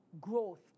growth